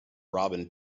robin